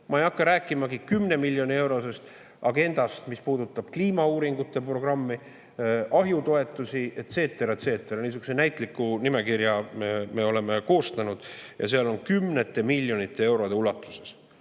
Ma ei hakka rääkimagi 10 miljoni eurosest agendast, mis puudutab kliimauuringute programmi, ahjutoetusi, et cetera, et cetera. Niisuguse näitliku nimekirja me oleme koostanud. Seal on kümnete miljonite eurode ulatuses